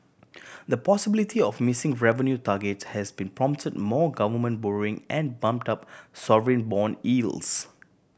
the possibility of missing revenue targets has been prompt more government borrowing and bumped up sovereign bond yields